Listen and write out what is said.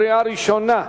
קריאה ראשונה.